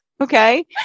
Okay